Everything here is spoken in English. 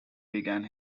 began